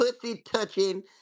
pussy-touching